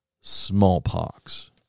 smallpox